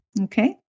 Okay